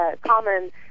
common